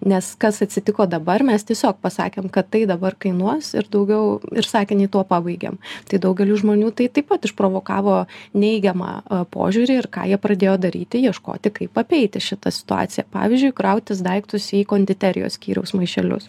nes kas atsitiko dabar mes tiesiog pasakėm kad tai dabar kainuos ir daugiau ir sakinį tuo pabaigėm tai daugeliui žmonių tai taip pat išprovokavo neigiamą požiūrį ir ką jie pradėjo daryti ieškoti kaip apeiti šitą situaciją pavyzdžiui krautis daiktus į konditerijos skyriaus maišelius